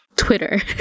Twitter